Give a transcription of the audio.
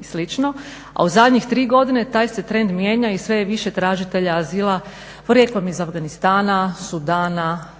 i slično, a u zadnjih tri godine taj se trend mijenja i sve je više tražitelja azila porijeklom iz Afganistana, Sudana